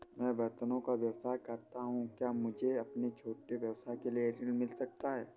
मैं बर्तनों का व्यवसाय करता हूँ क्या मुझे अपने छोटे व्यवसाय के लिए ऋण मिल सकता है?